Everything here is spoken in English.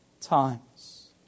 times